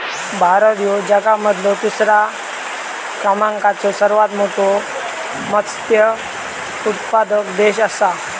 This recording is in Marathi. भारत ह्यो जगा मधलो तिसरा क्रमांकाचो सर्वात मोठा मत्स्य उत्पादक देश आसा